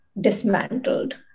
dismantled